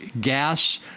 gas